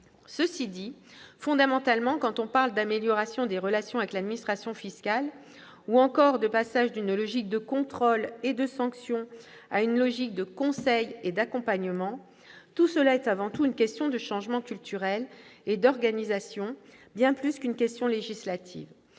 Cela dit, fondamentalement, quand on parle d'amélioration des relations avec l'administration fiscale ou encore de passage d'une logique de contrôle et de sanction à une logique de conseil et d'accompagnement, il s'agit avant tout d'une question de changement culturel et d'organisation bien plus que d'une question législative.